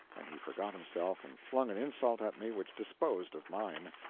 and he forgot himself and flung an insult at me which disposed of mine.